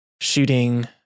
shooting